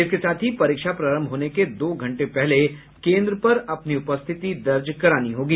इसके साथ ही परीक्षा प्रारंभ होने के दो घंटे पहले केन्द्र पर अपनी उपस्थिति दर्ज करानी होगी